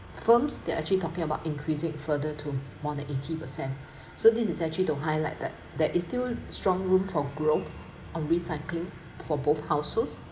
firms they actually talking about increasing it further to more than eighty percent so this is actually to highlight that there is still strong room for growth on recycling for both households